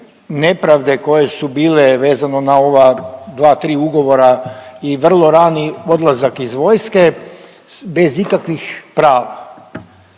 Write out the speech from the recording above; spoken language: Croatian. nepravde koje su bile vezano na ova dva, tri ugovora i vrlo rani odlazak iz vojske bez ikakvih prava.